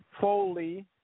Foley